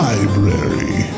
Library